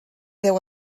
deu